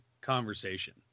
conversation